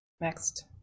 Next